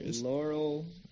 laurel